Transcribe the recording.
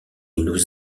nous